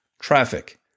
traffic